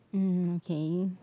um okay